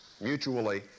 mutually